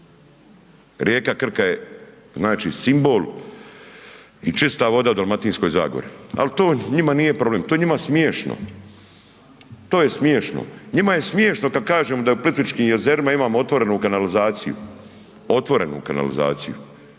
Rijeka Krka je znači simbol i čista voda u Dalmatinskoj zagori ali to njima nije problem, to je njima smiješno. To je smiješno. Njima je smiješno kad kažemo da u Plitvičkim jezerima imamo otvorenu kanalizaciju. Otvorenu kanalizaciju